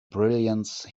brilliance